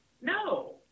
No